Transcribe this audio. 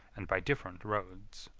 and by different roads.